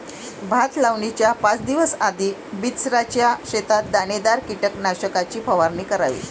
भात लावणीच्या पाच दिवस आधी बिचऱ्याच्या शेतात दाणेदार कीटकनाशकाची फवारणी करावी